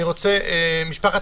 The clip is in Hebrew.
משפחת